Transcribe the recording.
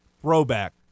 throwback